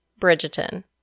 Bridgerton